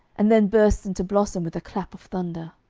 and then bursts into blossom with a clap of thunder.